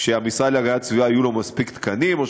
שהמשרד להגנת הסביבה יהיו לו מספיק תקנים,